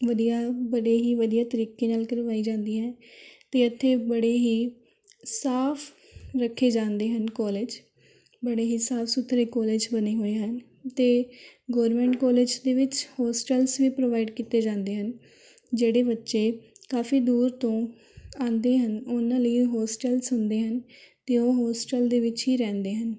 ਵਧੀਆ ਬੜੇ ਹੀ ਵਧੀਆ ਤਰੀਕੇ ਨਾਲ ਕਰਵਾਈ ਜਾਂਦੀ ਹੈ ਅਤੇ ਇੱਥੇ ਬੜੇ ਹੀ ਸਾਫ਼ ਰੱਖੇ ਜਾਂਦੇ ਹਨ ਕੋਲੇਜ ਬੜੇ ਹੀ ਸਾਫ਼ ਸੁਥਰੇ ਕੋਲੇਜ ਬਣੇ ਹੋਏ ਹਨ ਅਤੇ ਗੌਰਮੈਂਟ ਕਾਲਜ ਦੇ ਵਿੱਚ ਹੋਸ਼ਟਲਸ ਵੀ ਪ੍ਰੋਵਾਈਡ ਕੀਤੇ ਜਾਂਦੇ ਹਨ ਜਿਹੜੇ ਬੱਚੇ ਕਾਫ਼ੀ ਦੂਰ ਤੋਂ ਆਉਂਦੇ ਹਨ ਉਹਨਾਂ ਲਈ ਹੋਸਟਲਸ ਹੁੰਦੇ ਹਨ ਅਤੇ ਉਹ ਹੋਸਟਲ ਦੇ ਵਿੱਚ ਹੀ ਰਹਿੰਦੇ ਹਨ